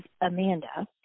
Amanda